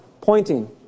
pointing